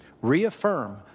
Reaffirm